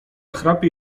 chrapie